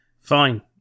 Fine